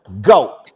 Go